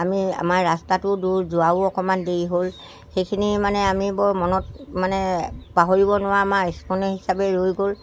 আমি আমাৰ ৰাস্তাটোও দূৰ যোৱাও অকণমান দেৰি হ'ল সেইখিনি মানে আমি বৰ মনত মানে পাহৰিব নোৱাৰা আমাৰ স্মৰণীয় হিচাপে ৰৈ গ'ল